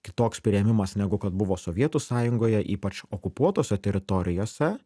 kitoks priėmimas negu kad buvo sovietų sąjungoje ypač okupuotose teritorijose